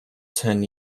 ten